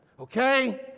okay